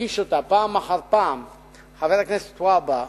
שהדגיש אותה פעם אחר פעם חבר הכנסת והבה,